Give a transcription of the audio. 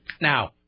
now